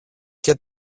και